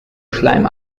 schleim